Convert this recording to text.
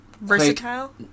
Versatile